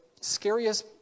scariest